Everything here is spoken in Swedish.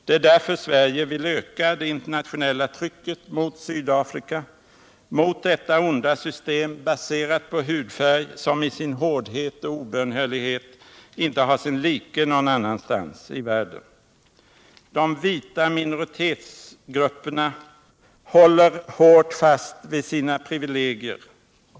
Det är därför Sverige vill öka det internationella trycket mot Sydafrika, mot detta onda system, baserat på hudfärg, som i sin hårdhet och obönhörlighet inte har sin like någon annanstans i världen. De vita minoritetsgrupperna håller hårt fast vid sina privilegier.